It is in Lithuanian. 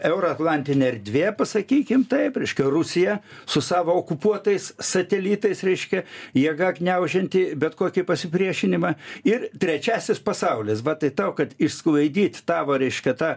euroatlantinė erdvė pasakykim taip reiškia rusija su savo okupuotais satelitais reiškia jėga gniaužianti bet kokį pasipriešinimą ir trečiasis pasaulis va tai tau kad išsklaidyt tavo reiškia tą